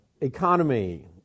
economy